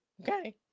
Okay